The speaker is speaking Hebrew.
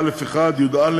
27א1(יא)